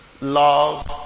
love